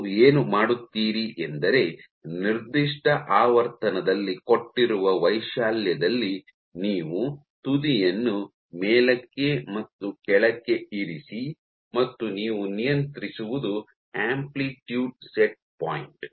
ನೀವು ಏನು ಮಾಡುತ್ತೀರಿ ಎಂದರೆ ನಿರ್ದಿಷ್ಟ ಆವರ್ತನದಲ್ಲಿ ಕೊಟ್ಟಿರುವ ವೈಶಾಲ್ಯದಲ್ಲಿ ನೀವು ತುದಿಯನ್ನು ಮೇಲಕ್ಕೆ ಮತ್ತು ಕೆಳಕ್ಕೆ ಇರಿಸಿ ಮತ್ತು ನೀವು ನಿಯಂತ್ರಿಸುವುದು ಆಂಪ್ಲಿಟ್ಯೂಡ್ ಸೆಟ್ ಪಾಯಿಂಟ್